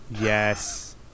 Yes